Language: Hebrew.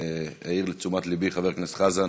העיר את תשומת לבי חבר הכנסת חזן